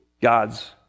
God's